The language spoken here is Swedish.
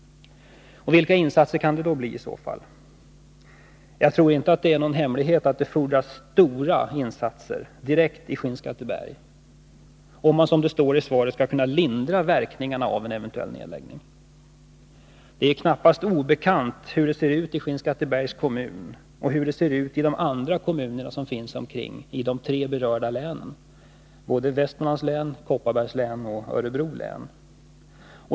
Vilka insatser kan det bli i så fall? Jag tror inte att det är någon hemlighet att det fordras stora insatser direkt i Skinnskatteberg om man, som det står i svaret, skall kunna lindra verkningarna av en eventuell nedläggning. Det är knappast obekant hur det ser ut i Skinnskattebergs kommun och i de andra kommuner som finns i närheten i det tre berörda länen, Västmanlands län, Kopparbergs län och Örebro län.